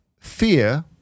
fear